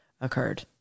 occurred